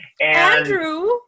Andrew